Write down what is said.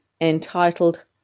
entitled